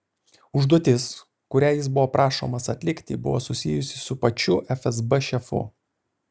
užduotis kurią jis buvo prašomas atlikti buvo susijusi su pačiu fsb šefu